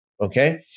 Okay